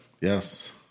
yes